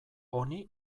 honi